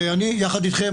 ואני יחד איתכם.